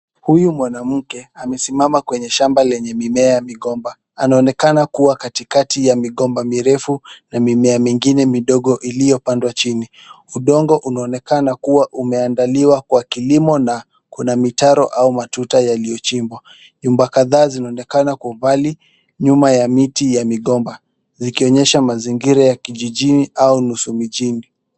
Huyu mwanamke amesimama kwenye shamba lenye mimea ya migomba, anaonekana kuwa katika ya migomba mirefu na mimea mingine midogo iliopandwa jini. Udongo unaonekana kuwa umeandaliwa kwa kilimo na kuna mitaro au matuta yaliochimbwa. Nyumba kadhaa zinaonekana kwa umbali nyuma ya miti ya migomba, zikionyesha mazingira ya kijijini au nusu mijini.